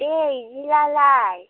दे बिदिब्लालाय